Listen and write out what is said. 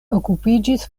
okupiĝis